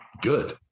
good